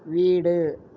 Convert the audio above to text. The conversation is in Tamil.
வீடு